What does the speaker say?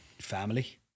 Family